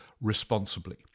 responsibly